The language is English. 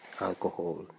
alcohol